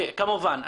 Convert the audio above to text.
כמובן.